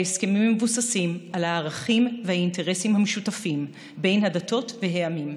ההסכמים מבוססים על הערכים והאינטרסים המשותפים בין הדתות והעמים.